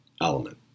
element